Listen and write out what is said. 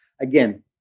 Again